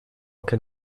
can